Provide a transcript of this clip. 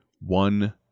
one